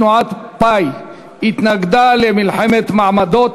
תנועת פא"י התנגדה למלחמת מעמדות,